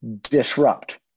Disrupt